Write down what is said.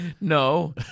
No